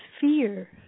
fear